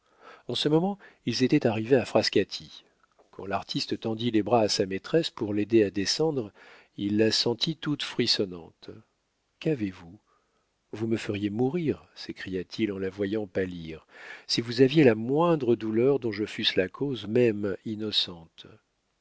en ce moment ils étaient arrivés à frascati quand l'artiste tendit les bras à sa maîtresse pour l'aider à descendre il la sentit toute frissonnante qu'avez-vous vous me feriez mourir s'écria-t-il en la voyant pâlir si vous aviez la moindre douleur dont je fusse la cause même innocente